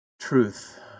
Truth